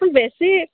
ହଁ ବେଶି